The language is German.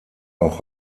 auch